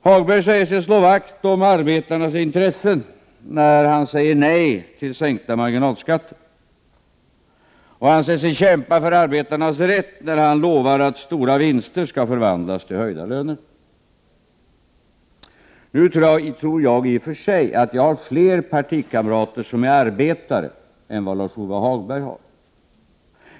Hagberg menar sig slå vakt om arbetarnas intressen när han säger nej till sänkta marginalskatter. Han säger sig kämpa för arbetarnas rätt när han lovar att stora vinster skall förvandlas till höjda löner. Jag tror att jag har fler partikamrater som är arbetare än vad Lars-Ove Hagberg har.